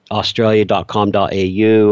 australia.com.au